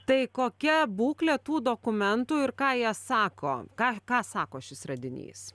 tai kokia būklė tų dokumentų ir ką jie sako ką ką sako šis radinys